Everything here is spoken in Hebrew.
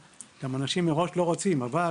אנשים מראש לא רוצים לדעת אבל